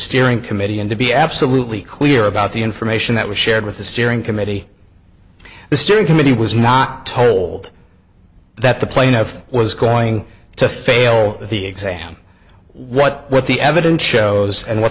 steering committee and to be absolutely clear about the information that was shared with the steering committee the steering committee was not told that the plaintiff was going to fail the exam what what the evidence shows and what